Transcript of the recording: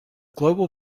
global